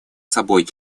собой